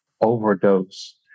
overdose